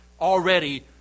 already